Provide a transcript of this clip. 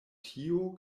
tio